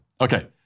Okay